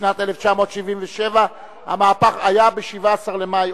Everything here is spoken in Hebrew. בשנת 1977. המהפך היה ב-17 במאי.